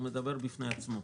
הוא מדבר בעד עצמו.